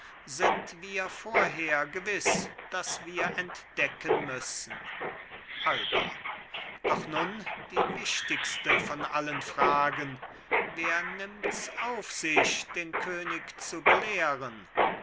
sind wir vorher gewiß daß wir entdecken müssen alba doch nun die wichtigste von allen fragen wer nimmts auf sich den könig zu belehren